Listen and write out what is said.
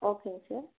ஓகேங்க சார்